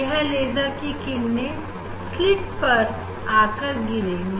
यह लेजर की किरने स्लिट पर आकर गिरेगी